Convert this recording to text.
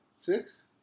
Six